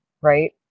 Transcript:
right